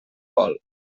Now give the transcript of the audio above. vol